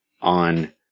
on